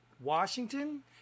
Washington